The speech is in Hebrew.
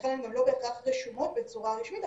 לכן הן גם לא בהכרח רשומות בצורה רשמית,